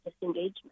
disengagement